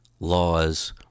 laws